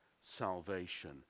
salvation